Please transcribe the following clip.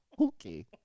Okay